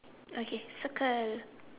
okay circle